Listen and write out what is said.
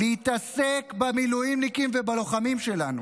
להתעסק במילואימניקים ובלוחמים שלנו.